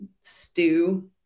stew